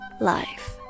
life